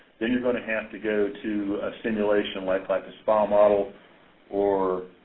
then you're going to have to go to a simulation like like a spa model or